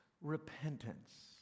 repentance